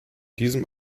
diesem